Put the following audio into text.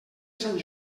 sant